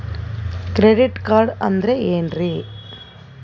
Credit card ಅಂದ್ರ ಏನ್ರೀ?